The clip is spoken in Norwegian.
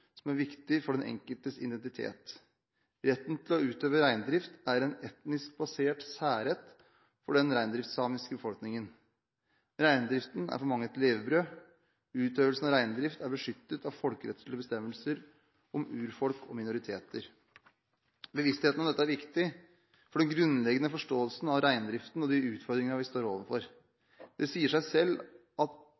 som er viktig for den enkeltes identitet. Retten til å utøve reindrift er en etnisk basert særrett for den reindriftssamiske befolkningen. Reindriften er for mange et levebrød. Utøvelsen av reindrift er beskyttet av folkerettslige bestemmelser om urfolk og minoriteter. Bevisstheten om dette er viktig for den grunnleggende forståelsen av reindriften og de utfordringene vi står overfor.